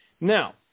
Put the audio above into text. Now